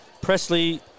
Presley